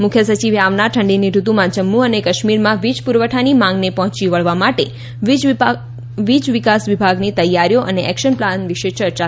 મુખ્ય સચિવે આવનાર ઠંડીની ઋતુમાં જમ્મુ અને કાશ્મીરમાં વીજ પુરવઠાની માંગને પહોંચી વળવા માટે વીજ વિકાસ વિભાગની તૈયારીઓ અને એક્શન પ્લાન વિશે ચર્ચા કરી